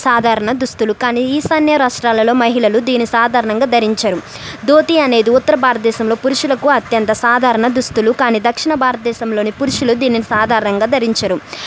సాధారణ దుస్తులు కానీ ఈశాన్య రాష్ట్రాలలో మహిళలు దీని సాధారణంగా ధరించరు ధోతి అనేది ఉత్తర భారత దేశంలో పురుషులకు అత్యంత సాధారణ దుస్తులు కానీ దక్షిణ భారతదేశంలోని పురుషుల దీని సాధారణంగా ధరించరు